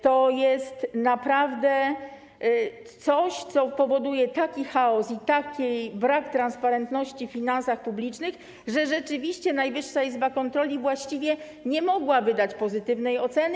To jest naprawdę coś, co powoduje taki chaos i taki brak transparentności w finansach publicznych, że rzeczywiście Najwyższa Izba Kontroli właściwie nie mogła wydać pozytywnej oceny.